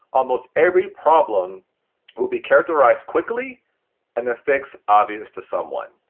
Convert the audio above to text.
almost every problem will be characterised quickly and the fiction obvious to someone.